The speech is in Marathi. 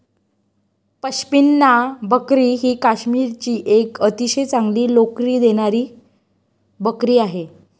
पश्मिना बकरी ही काश्मीरची एक अतिशय चांगली लोकरी देणारी बकरी आहे